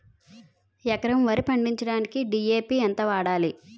ఎకరం వరి పండించటానికి డి.ఎ.పి ఎంత వాడాలి?